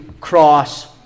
cross